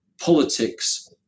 politics